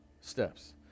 steps